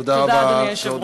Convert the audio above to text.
תודה, אדוני היושב-ראש.